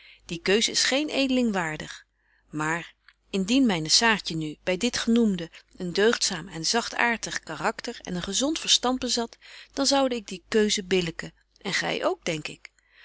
die keus is geen edeling waardig maar indien myne saartje nu by dit genoemde een deugdzaam en zagtaartig karakter en een gezont verstand bezat dan zoude ik die keuze billyken en gy ook denk ik